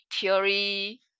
theory